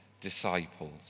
disciples